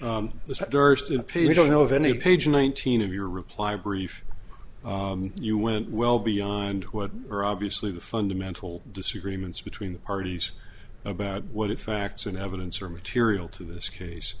you don't know of any page nineteen of your reply brief you went well beyond what are obviously the fundamental disagreements between the parties about what it facts and evidence are material to this case